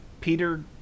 Peter